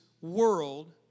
world